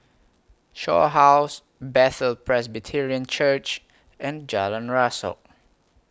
Shaw House Bethel Presbyterian Church and Jalan Rasok